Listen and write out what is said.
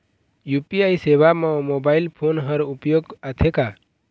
UPI सेवा म mobile phone हर उपयोग आथे का?